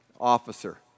officer